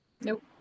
Nope